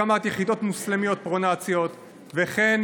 הקמת יחידות מוסלמיות פרו-נאציות וכן